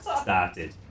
started